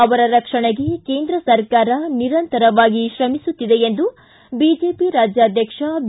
ಅವರ ರಕ್ಷಣೆಗೆ ಕೇಂದ್ರ ಸರಕಾರ ನಿರಂತರವಾಗಿ ಶ್ರಮಿಸುತ್ತಿದೆ ಎಂದು ಬಿಜೆಪಿ ರಾಜ್ಯಾಧಕ್ಷ ಬಿ